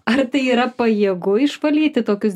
ar tai yra pajėgu išvalyti tokius